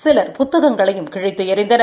சிலர் புத்தகங்களையும் கிழித்து எறிந்தனர்